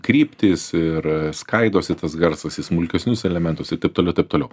kryptys ir skaidosi tas garsas į smulkesnius elementus ir taip toliau taip toliau